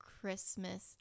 Christmas